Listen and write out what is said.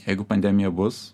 jeigu pandemija bus